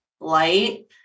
light